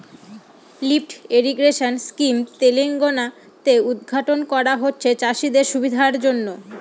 lift irrigation scheme Telangana তে উদ্ঘাটন করা হয়েছে চাষীদের সুবিধার জন্য